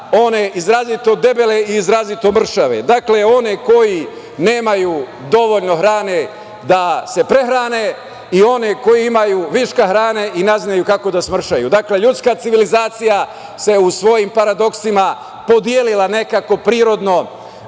one izrazito debele i izrazito mršave. Dakle, one koji nemaju dovoljno hrane da se prehrane i one koji imaju viška hrane i ne znaju kako da smršaju. Dakle, ljudska civilizacija se u svojim paradoksima podelila nekako prirodno